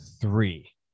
three